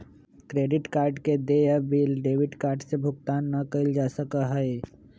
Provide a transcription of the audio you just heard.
credit card के देय bill debit card से भुगतान ना कइल जा सका हई